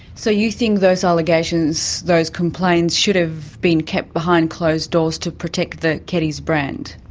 so you think those allegations, those complaints, should have been kept behind closed doors to protect the keddies brand?